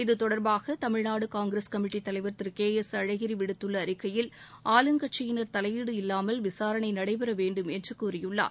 இது தொடர்பாக தமிழ்நாடு காங்கிரஸ் கமிட்டித் தலைவர் திரு கே எஸ் அழகிரி விடுத்துள்ள அறிக்கையில் ஆளுங்கட்சியினர் தலையீடு இல்லாமல் விசாரணை நடைபெற வேண்டும் என்று கூறியுள்ளார்